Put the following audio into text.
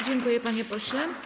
Dziękuję, panie pośle.